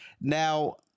now